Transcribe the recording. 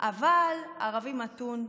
אבל ערבי מתון,